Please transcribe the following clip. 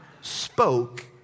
spoke